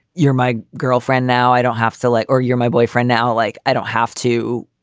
you're my girlfriend, now i don't have to lie or you're my boyfriend now, like, i don't have to,